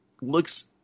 looks